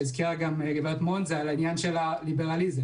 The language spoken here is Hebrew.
שהזכירה גם גברת מונד, זה העניין של הליברליזם.